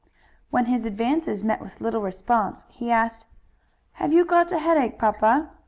when his advances met with little response he asked have you got a headache, papa?